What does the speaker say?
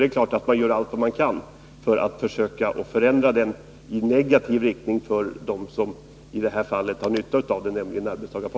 Det är klart att de gör allt de kan för att försöka förändra arbetsrätten i negativ riktning för dem som i det här fallet har nytta av reformerna, nämligen arbetstagarna.